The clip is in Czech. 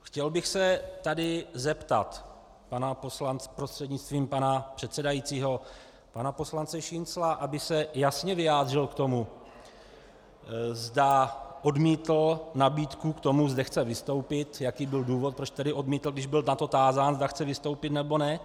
Chtěl bych se tady zeptat prostřednictvím pana předsedajícího pana poslance Šincla, aby se jasně vyjádřil k tomu, zda odmítl nabídku k tomu, zda chce vystoupit, jaký byl důvod, proč odmítl, když byl na to tázán, zda chce vystoupit, nebo ne.